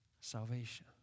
salvation